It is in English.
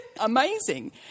amazing